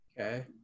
Okay